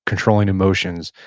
controlling emotions,